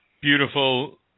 Beautiful